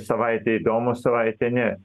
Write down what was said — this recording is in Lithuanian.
savaitę įdomu savaitę ne